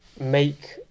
make